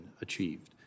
achieved